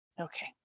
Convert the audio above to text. Okay